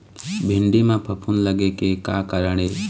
भिंडी म फफूंद लगे के का कारण ये?